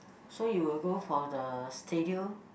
so you will go for the studio